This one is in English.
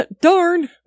Darn